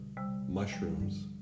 mushrooms